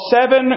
seven